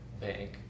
bank